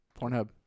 Pornhub